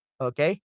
Okay